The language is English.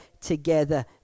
together